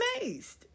amazed